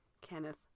Kenneth